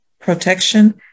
protection